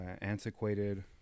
antiquated